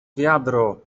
wiadro